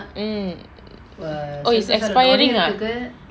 mm oh it's expiring ah